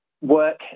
work